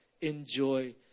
enjoy